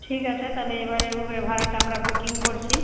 ঠিক আছে তাহলে এবারে উবের ভাড়াটা আমরা বুকিং করছি